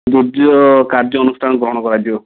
କାର୍ଯ୍ୟାନୁଷ୍ଠାନ ଗ୍ରହଣ କରାଯିବ